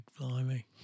blimey